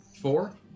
four